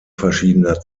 verschiedener